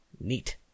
Neat